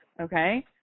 okay